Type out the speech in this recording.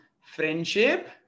Friendship